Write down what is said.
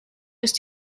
ist